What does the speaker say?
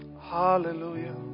hallelujah